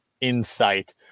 insight